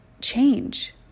change